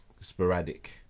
sporadic